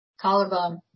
Collarbone